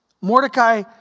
Mordecai